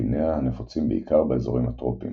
Apinae הנפוצים בעיקר באזורים הטרופיים